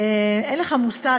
אין לך מושג,